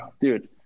dude